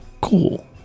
Cool